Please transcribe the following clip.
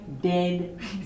dead